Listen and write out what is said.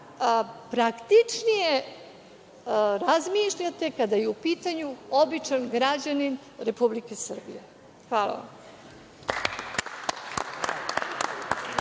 praktičnije razmišljate kada je u pitanju običan građanin Republike Srbije. Hvala vam.